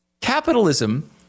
capitalism